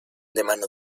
mano